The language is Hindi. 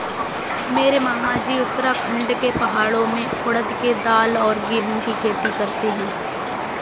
मेरे मामाजी उत्तराखंड के पहाड़ों में उड़द के दाल और गेहूं की खेती करते हैं